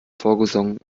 vorgesungen